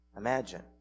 Imagine